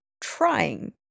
trying